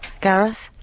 Gareth